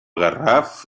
garraf